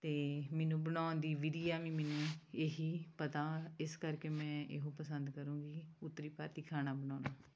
ਅਤੇ ਮੈਨੂੰ ਬਣਾਉਣ ਦੀ ਵਿਧੀਆਂ ਵੀ ਮੈਨੂੰ ਇਹੀ ਪਤਾ ਇਸ ਕਰਕੇ ਮੈਂ ਇਹੋ ਪਸੰਦ ਕਰੂੰਗੀ ਉੱਤਰੀ ਭਾਰਤੀ ਖਾਣਾ ਬਣਾਉਣਾ